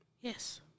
Yes